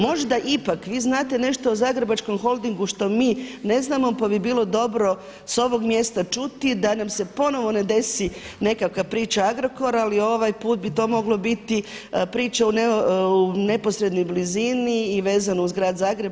Možda ipak vi znate nešto o Zagrebačkom holdingu što mi ne znamo pa bi bilo dobro s ovog mjesta čuti da nam se ponovo ne desi nekakva priča Agrokora, ali ovaj put bi to moglo biti priča u neposrednoj blizini i vezano uz grad Zagreb.